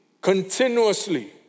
continuously